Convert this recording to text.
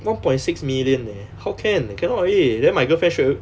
one point six million leh how can cannot already then my girlfriend straight [what]